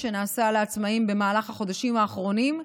שנעשה לעצמאים במהלך החודשים האחרונים.